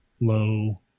low